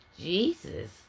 Jesus